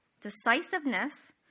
decisiveness